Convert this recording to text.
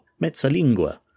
mezzalingua